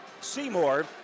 Seymour